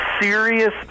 serious